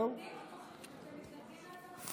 נוכח האמור לעיל, הממשלה מתנגדת להצעת החוק.